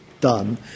done